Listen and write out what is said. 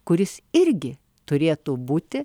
kuris irgi turėtų būti